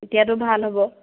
তেতিয়াটো ভাল হ'ব